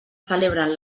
celebren